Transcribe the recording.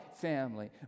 family